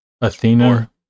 Athena